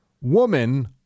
Woman